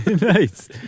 Nice